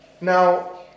now